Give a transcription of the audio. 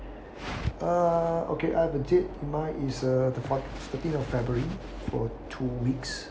uh okay I have a date in mind is uh the quar~ thirteen of february for two weeks